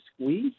squeeze